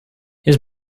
his